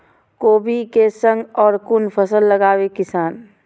कोबी कै संग और कुन फसल लगावे किसान?